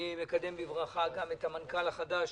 אני מקדם בברכה גם את המנכ"ל החדש,